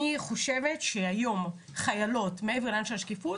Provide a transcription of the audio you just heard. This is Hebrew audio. אני חושבת שמעבר לעניין של שקיפות,